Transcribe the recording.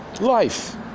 life